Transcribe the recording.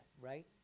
right